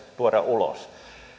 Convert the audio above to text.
tuoda